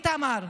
איתמר,